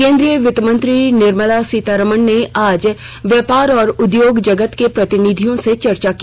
केंद्रीय वित्तमंत्री निर्मला सीतारामन ने आज व्यापार और उद्योग जगत के प्रतिनिधियों से चर्चा की